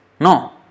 No